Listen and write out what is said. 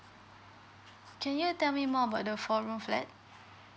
can you tell me more about the four room flat